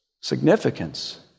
significance